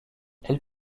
elle